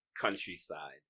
countryside